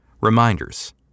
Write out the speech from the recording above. Reminders